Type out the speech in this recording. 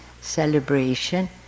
celebration